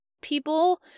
people